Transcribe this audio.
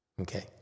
Okay